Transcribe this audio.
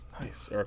Nice